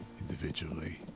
Individually